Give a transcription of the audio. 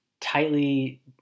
tightly